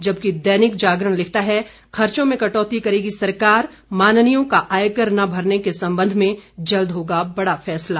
जबकि दैनिक जागरण लिखता है खर्चों में कटौती करेगी सरकार माननीयों का आयकर न भरने के संबंध में जल्द होगा बड़ा फैसला